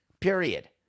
period